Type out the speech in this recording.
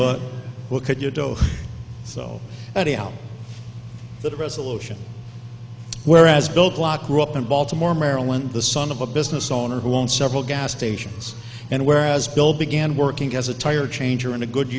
but what could you do so that resolution whereas bill bloch grew up in baltimore maryland the son of a business owner who won't several gas stations and whereas bill began working as a tire changer in a good